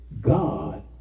God